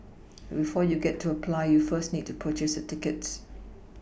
but before you get to apply you first need to purchase your tickets